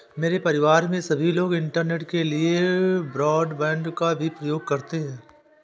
मेरे परिवार में सभी लोग इंटरनेट के लिए ब्रॉडबैंड का भी प्रयोग करते हैं